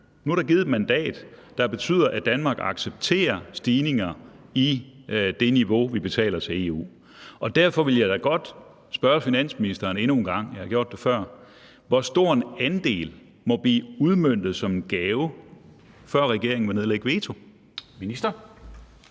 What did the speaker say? Nu er der givet et mandat, der betyder, at Danmark accepterer stigninger i det niveau, vi betaler til EU. Derfor vil jeg da godt spørge finansministeren endnu en gang – jeg har gjort det før: Hvor stor en andel må blive udmøntet som gave, før regeringen vil nedlægge veto? Kl.